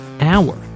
hour